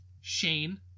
Shane